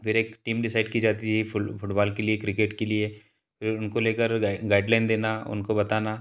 फिर एक team decide की जाती थी फुल फुटबाल के लिए क्रिकेट के लिए फिर उनको लेकर गाइडलाइन देना उनको बताना